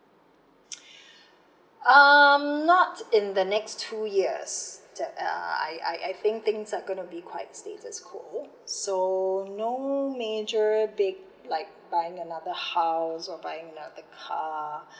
um not in the next two years that uh I I think things are gonna be quite stay this cold so no major big like buying another house or buying another car